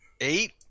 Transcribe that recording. Eight